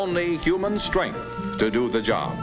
only human strength to do the job